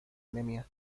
anemia